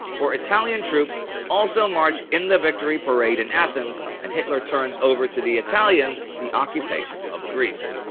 for italian troops also march in the victory parade in athens and hitler turns over to the italians the occupation of greece.